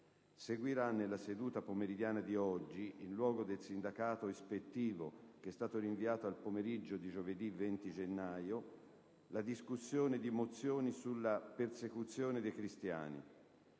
Seguirà nella seduta pomeridiana di oggi - in luogo del sindacato ispettivo, rinviato al pomeriggio di giovedì 20 gennaio - la discussione di mozioni sulla persecuzione dei cristiani.